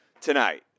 tonight